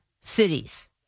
cities